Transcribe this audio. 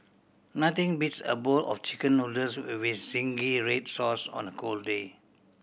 nothing beats a bowl of Chicken Noodles we with zingy red sauce on a cold day